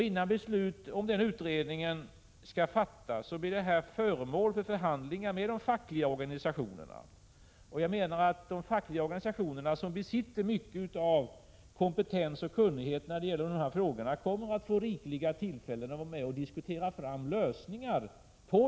Innan beslut på grundval av denna utredning skall fattas blir frågan föremål för förhandlingar med de fackliga organisationerna, som besitter mycket av kompetens och kunnighet på det här området. De kommer alltså att få rikliga tillfällen att vara med och diskutera fram lösningar.